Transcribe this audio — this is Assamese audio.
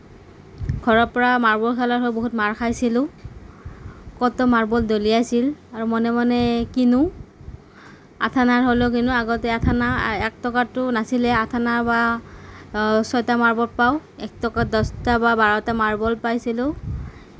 ঘৰৰ পৰা মাৰ্বল খেলাৰ হৈ বহুত মাৰ খাইছিলো কত মাৰ্বল দলিয়াইছিল আৰু মনে মনে কিনো আঠ অনাৰ হ'লেও কিনো আগতে আঠ আনা এক টকাটো নাছিলেই আঠ আনা বা ছয়টা মাৰ্বল পাওঁ এক টকাত দচটা বা বাৰটা মাৰ্বল পাইছিলো